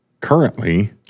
currently